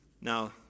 Now